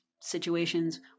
situations